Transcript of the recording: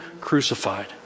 crucified